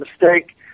mistake